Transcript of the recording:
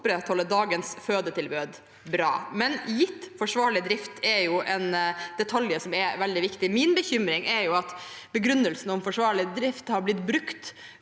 opprettholde dagens fødetilbud. Bra! Forsvarlig drift er jo en detalj som er veldig viktig. Min bekymring er at begrunnelsen om forsvarlig drift har blitt brukt